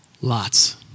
Lots